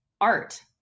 art